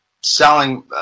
selling